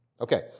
Okay